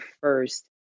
first